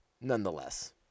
nonetheless